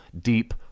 deep